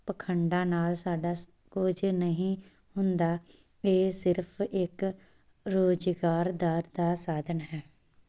ਪਖੰਡਾਂ ਨਾਲ ਸਾਡਾ ਕੁਝ ਨਹੀਂ ਹੁੰਦਾ ਇਹ ਸਿਰਫ ਇੱਕ ਰੁਜ਼ਗਾਰ ਦਰ ਦਾ ਸਾਧਨ ਹੈ